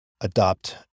adopt